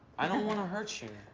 i don't wanna hurt you.